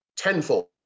Tenfold